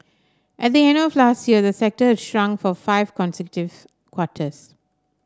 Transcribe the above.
at the end of last year the sector shrunk for five consecutive quarters